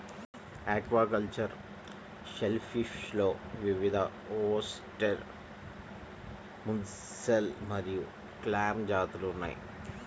aquacultured షెల్ఫిష్లో వివిధఓస్టెర్, mussel మరియు క్లామ్ జాతులు ఉన్నాయి